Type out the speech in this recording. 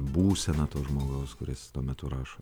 būseną to žmogaus kuris tuo metu rašo